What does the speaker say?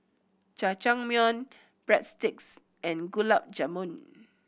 Jajangmyeon Breadsticks and Gulab Jamun